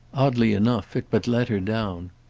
oddly enough it but let her down.